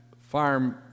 farm